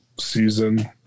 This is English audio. season